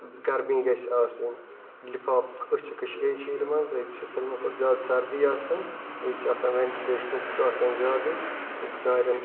گَرمی گَژھہِ آسٕنۍ لفاف أسۍ چھِ کَشیٖر مَنٛز ییٚتہِ چھِ سٲلمو کھۄتہٕ زیادٕ سَردی آسان ییٚتہِ چھُ آسان ویٚنٹِلیشنُک چھُ آسان زیادٕ ییٚتہِ ٲں داریٚن